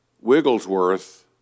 Wigglesworth